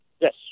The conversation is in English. Yes